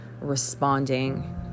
responding